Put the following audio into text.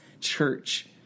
church